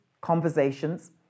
conversations